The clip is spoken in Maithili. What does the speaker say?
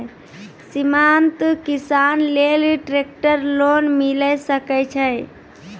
सीमांत किसान लेल ट्रेक्टर लोन मिलै सकय छै?